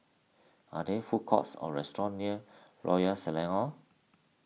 are there food courts or restaurants near Royal Selangor